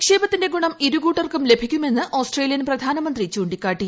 നിക്ഷേപത്തിന്റെ ഗുണം ഇരുകൂട്ടർക്കും ലഭിക്കുമെന്ന് ഓസ്ട്രേലിയൻ പ്രധാനമന്ത്രി ചൂണ്ടിക്കാട്ടി